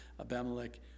Abimelech